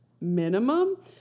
minimum